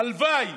הלוואי